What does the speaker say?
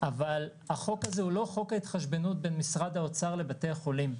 אבל החוק הזה הוא לא חוק ההתחשבנות בין משרד האוצר לבתי החולים,